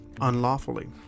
unlawfully